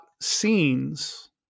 scenes